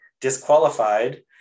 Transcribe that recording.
disqualified